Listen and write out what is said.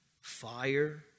fire